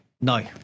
No